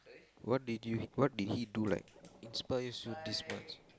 what did you what did he do like inspires you this much